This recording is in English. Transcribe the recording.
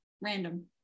Random